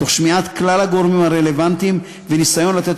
תוך שמיעת כלל הגורמים הרלוונטיים וניסיון לתת